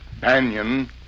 Banyan